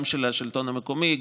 גם של השלטון המקומי,